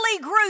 grew